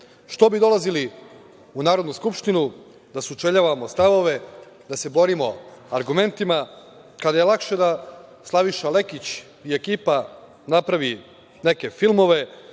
Što bi dolazili u Narodnu skupštinu da sučeljavamo stavove, da se borimo argumentima kada je lakše da Slaviša Lekić i ekipa napravi neke filmove